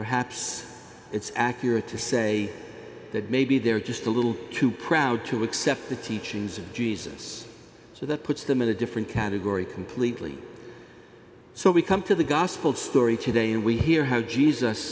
perhaps it's accurate to say that maybe they're just a little too proud to accept the teachings of jesus so that puts them in a different category completely so we come to the gospel story today and we hear how jesus